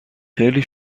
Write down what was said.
خیلی